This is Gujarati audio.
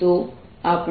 તો આપણે F